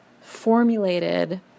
formulated